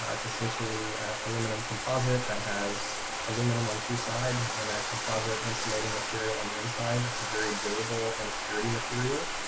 ah it's essentially aluminum composite that has aluminum on two sides and a composite insulating material on the inside. it's a very durable and security